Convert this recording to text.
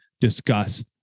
discuss